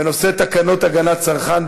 בנושא תקנות הגנת צרכן,